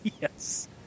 Yes